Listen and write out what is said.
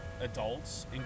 adults